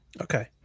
Okay